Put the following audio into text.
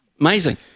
Amazing